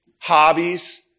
hobbies